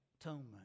atonement